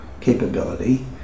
capability